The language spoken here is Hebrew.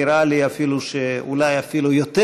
נראה לי שאולי אפילו יותר,